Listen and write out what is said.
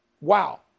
wow